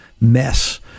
mess